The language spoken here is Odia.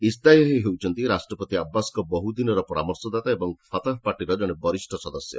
ଇସ୍ତାୟେହେ ହେଉଛନ୍ତି ରାଷ୍ଟ୍ରପତି ଆବ୍ବାସ୍ଙ୍କ ବହୁଦିନର ପରାମର୍ଶଦାତା ଏବଂ ଫତହ ପାର୍ଟିର ଜଣେ ବରିଷ୍ଠ ସଦସ୍ୟ